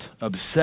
obsessed